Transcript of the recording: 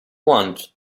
want